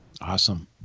Awesome